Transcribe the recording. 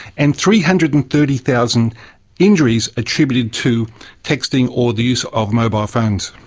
and three hundred and thirty thousand injuries attributed to texting or the use of mobile phones.